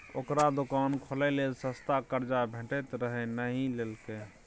ओकरा दोकान खोलय लेल सस्ता कर्जा भेटैत रहय नहि लेलकै